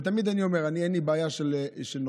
ותמיד אני אומר: אני, אין לי בעיה של נורבגי,